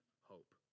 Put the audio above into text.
hope